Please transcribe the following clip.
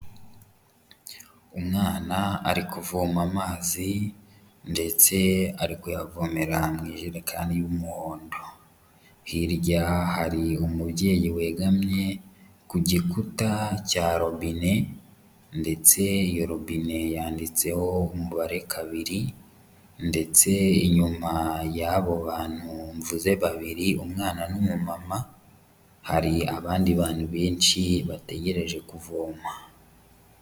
Umwana ari kuvoma amazi ndetse ari kuyavomera mu ijerekani y'umuhondo, hirya hari umubyeyi wegamye ku gikuta cya robine ndetse iyo robine yanditseho umubare kabiri, ndetse inyuma y'abo bantu mvuze babiri umwana n'umumama, hari abandi bantu benshi bategereje kuvoma.